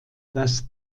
das